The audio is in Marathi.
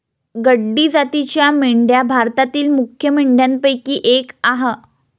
गड्डी जातीच्या मेंढ्या भारतातील मुख्य मेंढ्यांपैकी एक आह